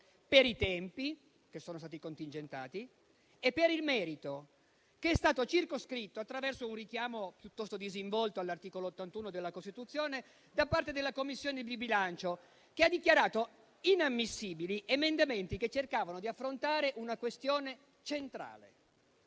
per i tempi, che sono stati contingentati, e per il merito, che è stato circoscritto attraverso un richiamo piuttosto disinvolto all'articolo 81 della Costituzione da parte della Commissione bilancio. Quest'ultima ha dichiarato inammissibili emendamenti che cercavano di affrontare una questione centrale: